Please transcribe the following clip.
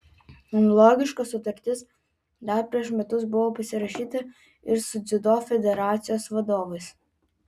analogiška sutartis dar prieš metus buvo pasirašyta ir su dziudo federacijos vadovais